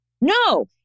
No